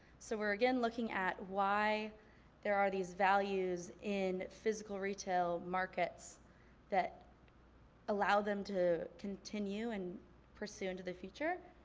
so we're again looking at why there are these values in physical retail markets that allow them to continue and pursue into the future.